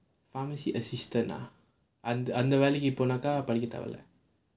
pharmacy assistant ah அந்த வேலைக்கு போன படிக்க தேவை இல்ல:antha velaikku pona padikka thevai illa